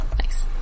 Nice